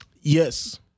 yes